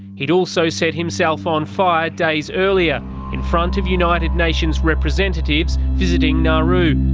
he had also set himself on fire days earlier in front of united nations representatives visiting nauru.